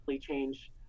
change